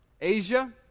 Asia